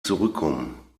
zurückkommen